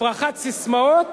הפרחת סיסמאות